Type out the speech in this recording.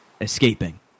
escaping